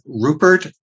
Rupert